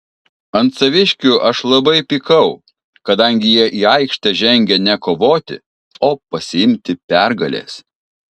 ant saviškių aš labai pykau kadangi jie į aikštę žengė ne kovoti o pasiimti pergalės